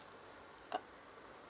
uh